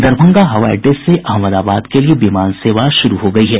दरभंगा हवाई अड्डे से अहमदाबाद के लिए विमान सेवा शुरू हो गयी है